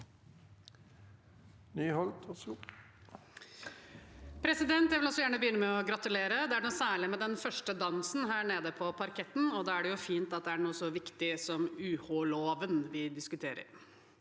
Jeg vil også gjerne begynne med å gratulere. Det er noe særlig med den første dansen her nede på parketten, og da er det jo fint at det er noe så viktig som UH-loven vi diskuterer.